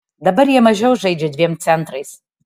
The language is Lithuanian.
dabar jie mažiau žaidžia dviem centrais